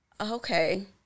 okay